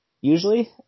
Usually